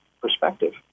perspective